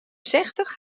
sechstich